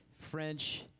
french